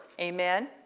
Amen